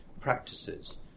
practices